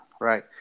right